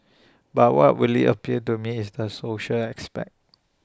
but what really appeals to me is the social aspect